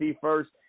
first